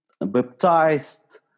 baptized